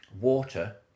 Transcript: water